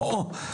בוא,